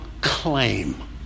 claim